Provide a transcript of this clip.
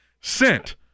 Sent